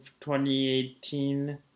2018